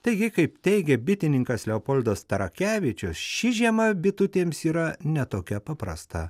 taigi kaip teigia bitininkas leopoldas tarakevičius ši žiema bitutėms yra ne tokia paprasta